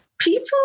people